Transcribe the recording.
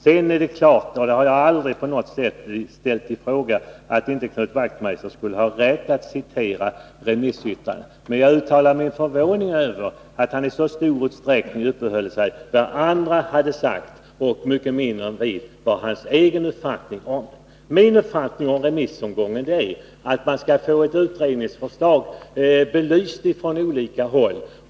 Det är klart att Knut Wachtmeister har rätt att citera remissyttranden — det har jag aldrig på något sätt ställt i fråga. Men jag uttalade min förvåning över att han i så stor utsträckning uppehöll sig vid vad andra har sagt och mycket mindre vid sin egen uppfattning om överenskommelsen. Min uppfattning om en remissomgång är att man skall få ett utredningsförslag belyst från olika håll.